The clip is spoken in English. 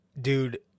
Dude